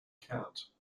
cat